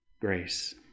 grace